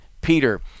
Peter